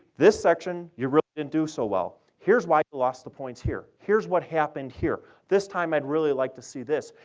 this section, you really didn't do so well. here's why you lost the points here. here's what happened here. this time i'd really like to see this.